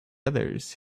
others